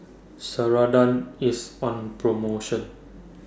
Ceradan IS on promotion